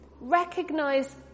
Recognize